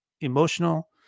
emotional